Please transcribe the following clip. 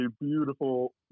beautiful